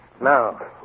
Now